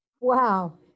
Wow